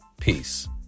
Peace